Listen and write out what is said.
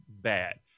bad